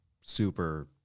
super